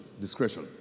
Discretion